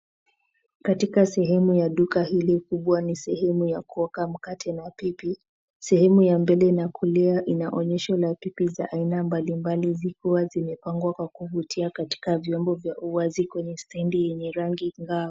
Katika sehemu ya duka hili kubwa, ni sehemu ya kuoka mkate na pipi. Sehemu ya mbele na kulia inaonyesha la pipi za aina mbalimbali zikiwa zimepangwa kwa kuvutia katika vyombo vya uwazi kwenye stendi yenye rangi angavu.